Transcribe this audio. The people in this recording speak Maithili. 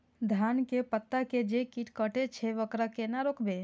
धान के पत्ता के जे कीट कटे छे वकरा केना रोकबे?